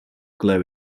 glow